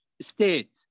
state